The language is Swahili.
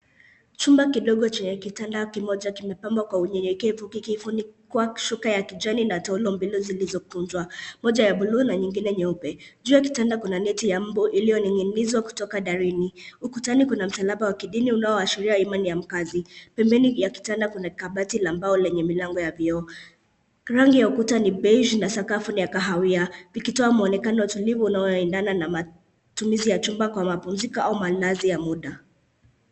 Chumba kidogo chenye kitanda kimoja kimepambwa kwa unyenyekevu kikifunikwa shuka ya kijani taulo mbili zilizo kunjwa. Moja ya buluu na nyingine nyeupe. Juu ya kitanda kuna neti ya mbu iliyo ning'inizwa kutoka darini. Ukutani kuna msalaba wa kidini unaona ashiria imani ya mkazi. Pembeni ya kitanda kuna kabati la mbao lenye milango ya vioo. Rangi ya ukuja ni baigi ya sakafu ni ya kahawia ikitoa mwonekano tulivu unaendana na matumizi ya chumba kwa mapunziko au malazi ya muda.